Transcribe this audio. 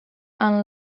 and